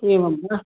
एवं वा